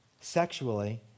sexually